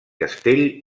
castell